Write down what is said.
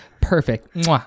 perfect